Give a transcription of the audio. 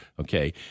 okay